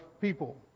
people